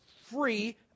free